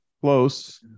close